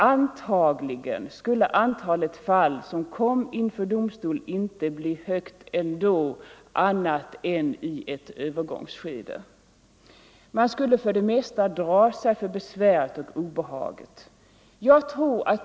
Antagligen skulle antalet fall som kom inför domstol inte bli högt annat än i ett övergångsskede. Man skulle för det mesta dra sig för besväret och obehaget.